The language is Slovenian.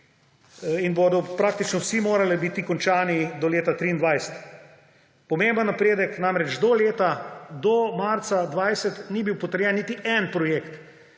in bodo praktično vsi morali biti končani do leta 2023. Pomemben napredek. Namreč do marca 2020 ni bil potrjen niti en projekt,